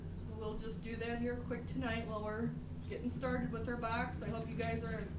we'll we'll just do that here quick tonight while we're getting started with our box i hope you guys are